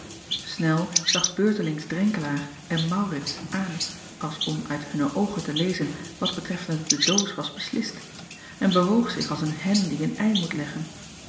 nel zag beurtelings renkelaer en aurits aan als om uit hunne oogen te lezen wat betreffende de doos was beslist en bewoog zich als een hen die een ei moet leggen